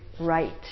right